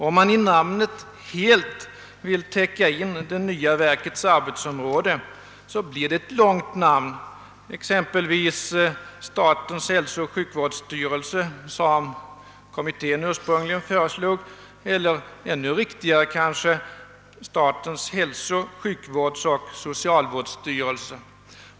Om man i namnet helt vill täcka in det nya verkets arbetsområde, blir det ett långt namn, exempelvis statens hälsooch sjukvårdsstyrelse, som utredningen ursprungligen föreslog, eller ännu riktigare statens hälso-, sjukvårdsoch socialvårdsstyrelse.